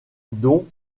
dont